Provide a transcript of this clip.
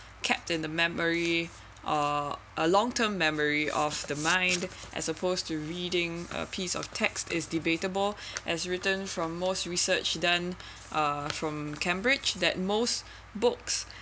kept in the memory a a long term memory of the mind as supposed to reading a piece of text is debatable as written from most research done uh from cambridge that most books